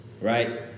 Right